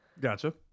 Gotcha